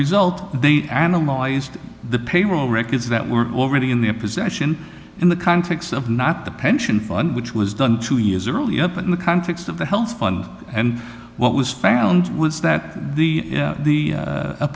result they analyzed the payroll records that were already in the possession in the context of not the pension fund which was done two years early up in the context of the health fund and what was found was that the